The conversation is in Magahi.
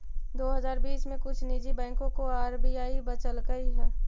दो हजार बीस में कुछ निजी बैंकों को आर.बी.आई बचलकइ